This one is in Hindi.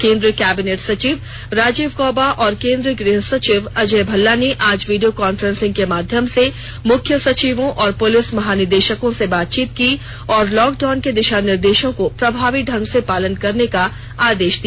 केंद्रीय कैबिनट सचिव राजीव गौबा और केंद्रीय गृह सचिव अजय भल्ला ने आज वीडियो कांफ्रेंसिंग के माध्यम से मुख्य सचिवों और पुलिस महानिदेषकों से बातचीत की और लॉकडाउन के दिषा निर्देषों को प्रभावी ठंग से पालन करने का आदेष दिया